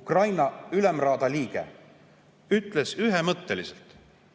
Ukraina Ülemraada liige ütles ühemõtteliselt: